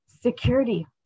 security